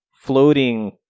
floating